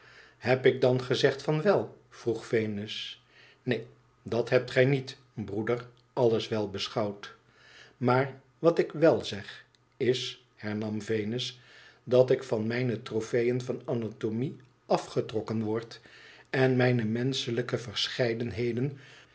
heb ik dan gezegd van wel vroeg venus ineen dat hebt gij niet broeder alles wel beschouwd imaar wat ik wèl zeg is hernam venus dat ik van mijne tropeeën van anatomie afgetrokken word en mijne raenschelijke verscheidenheden